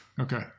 Okay